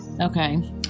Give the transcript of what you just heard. Okay